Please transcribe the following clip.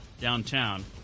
downtown